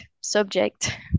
subject